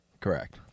Correct